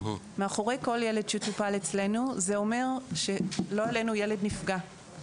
מאחורי כל ילד שטופל אצלנו זה אומר שלא עלינו ילד נפגע,